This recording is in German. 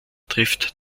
trifft